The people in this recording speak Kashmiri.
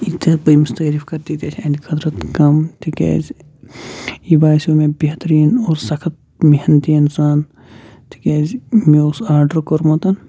ییٖتیٚہِ بہٕ أمِس تعٲریف کرٕ تیٖتیٚہِ چھِ أہنٛدٕ خٲطر کم تکیازِ یہِ باسیٚو مےٚ بہتٔرین اور سخت محنتی اِنسان تکیازِ مےٚ اوس آرڈر کوٚرمُت